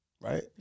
Right